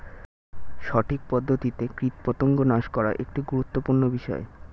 সঠিক পদ্ধতিতে কীটপতঙ্গ নাশ করা একটি গুরুত্বপূর্ণ বিষয়